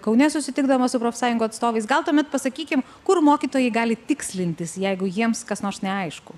kaune susitikdamas su profsąjungų atstovais gal tuomet pasakykim kur mokytojai gali tikslintis jeigu jiems kas nors neaišku